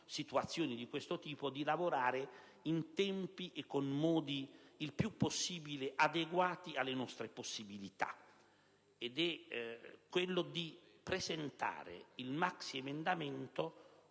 di questo tipo, di lavorare in tempi e con modi il più possibile adeguati alle nostre possibilità, facendo in modo che la presentazione del maxiemendamento